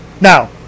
Now